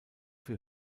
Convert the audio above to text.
für